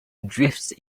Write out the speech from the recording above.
drifts